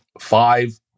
five